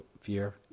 fear